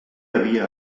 havia